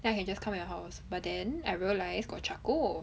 then I can just come your house but then I realise got charcoal